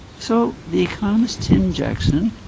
so the economist tim jackson,